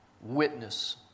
witness